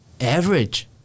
average